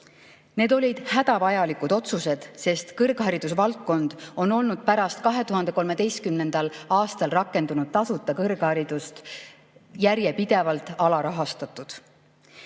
Need olid hädavajalikud otsused, sest kõrghariduse valdkond on olnud pärast 2013. aastal rakendunud tasuta kõrgharidust järjepidevalt alarahastatud.